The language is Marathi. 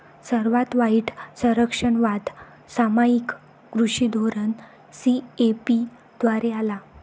सर्वात वाईट संरक्षणवाद सामायिक कृषी धोरण सी.ए.पी द्वारे आला